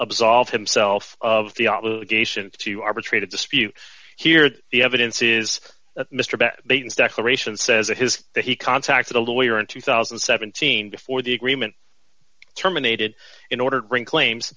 absolve himself of the obligation to arbitrate a dispute here the evidence is that mr baines declaration says that his that he contacted a lawyer in two thousand and seventeen before the agreement terminated in order to bring claims